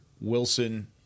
Wilson